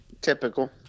Typical